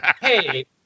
Hey